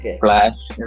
Flash